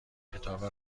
کتاب